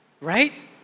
Right